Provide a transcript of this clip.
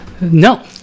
No